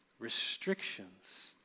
restrictions